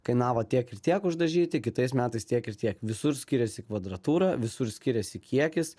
kainavo tiek ir tiek uždažyti kitais metais tiek ir tiek visur skiriasi kvadratūra visur skiriasi kiekis